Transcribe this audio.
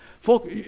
Folk